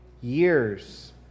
years